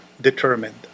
determined